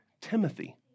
Timothy